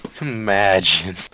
Imagine